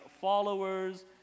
followers